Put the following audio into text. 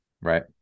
Right